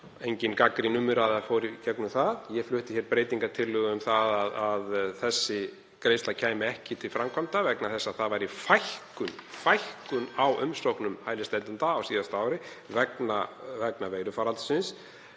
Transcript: Engin gagnrýnin umræða fór fram um það. Ég flutti hér breytingartillögu um að þessi greiðsla kæmi ekki til framkvæmda vegna þess að það væri fækkun á umsóknum hælisleitenda á síðasta ári vegna veirufaraldursins.